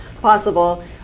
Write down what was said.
possible